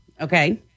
Okay